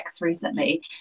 recently